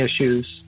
issues